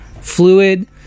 Fluid